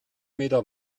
meter